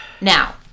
Now